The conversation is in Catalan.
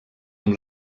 amb